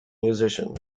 musician